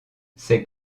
ces